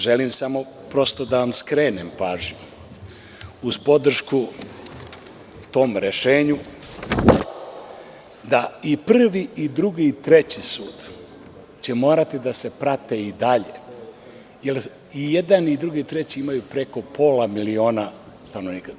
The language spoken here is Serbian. Želim prosto da vam skrenem pažnju, uz podršku tom rešenju, i Prvi, i Drugi i Treći sud moraće da se prate i dalje, jer i jedan, i drugi i treći imaju preko pola miliona stanovnika.